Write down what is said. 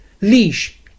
Leash